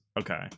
Okay